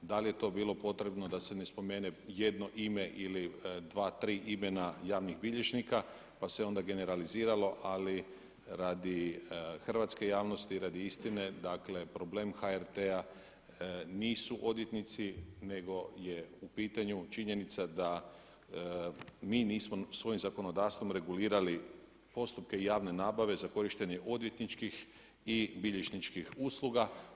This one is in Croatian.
Da li je to bilo potrebno da se ne spomene jedno ime ili dva, tri imena javnih bilježnika pa se onda generaliziralo ali radi hrvatske javnosti i radi istine dakle problem HRT-a nisu odvjetnici nego je u pitanju činjenica da mi nismo svojim zakonodavstvom regulirali postupke javne nabave za korištenje odvjetničkih i bilježničkih usluga.